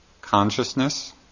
consciousness